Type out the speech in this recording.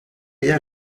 ella